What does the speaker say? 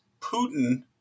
Putin